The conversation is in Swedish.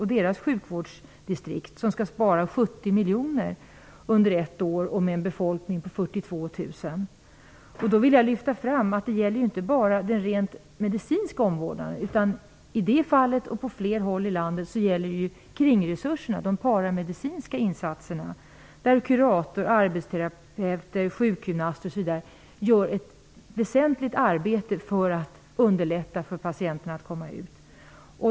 I Bollnäs sjukvårdsdistrikt skall det sparas 70 miljoner kronor under ett år, med en befolkning på 42 000 personer. Jag vill då lyfta fram att det inte bara gäller den rent medicinska omvårdnaden, utan i det fallet, och på fler håll i landet, gäller det även kringresurserna, dvs. de paramedicinska insatserna, där kuratorer, arbetsterapeuter sjukgymnaster osv. gör ett väsentligt arbete för att underlätta för patienterna att skrivas ut.